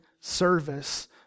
service